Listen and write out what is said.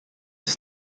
his